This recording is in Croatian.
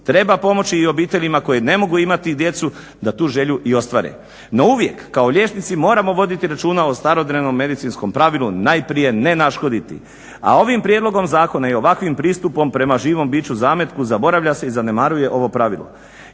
treba pomoći i obiteljima koji ne mogu imati djecu da tu želju i ostvare. No, uvijek kao liječnici moramo voditi računa o starodrevnom medicinskom pravilu najprije ne naškoditi, a ovim prijedlogom zakona i ovakvim pristupom prema živom biću, zametku zaboravlja se i zanemaruje ovo pravilo